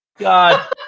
God